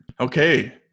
okay